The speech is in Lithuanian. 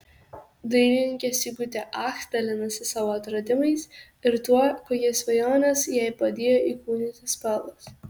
dailininkė sigutė ach dalinasi savo atradimais ir tuo kokias svajones jai padėjo įkūnyti spalvos